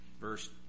verse